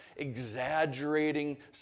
exaggerating